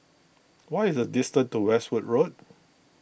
what is the distance to Westwood Road